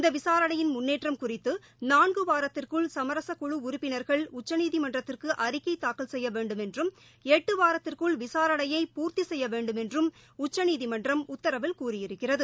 இந்த விசாரணையின் முன்னேற்றம் குறித்து நான்கு வாரத்திற்குள் சமரச குழு உறுப்பினர்கள் உச்சநீதிமன்றத்திற்கு அறிக்கை தாக்கல் செய்ய வேண்டுமென்றும் எட்டு வாரத்திற்குள் விசாரணையை பூர்த்தி செய்ய வேண்டுமென்றும் உச்சநீதிமன்றம் உத்தரவில் கூறியிருக்கிறது